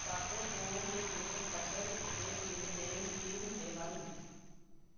ਸਭ ਤੋਂ ਹੇਠਲੇ ਪੱਧਰ ਉੱਤੇ ਪਿੰਡ ਦੇ ਮੁਖੀ ਹੁੰਦੇ ਹਨ